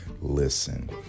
Listen